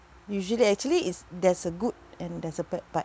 usually actually it's there's a good and there's a bad part